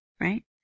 right